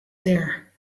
there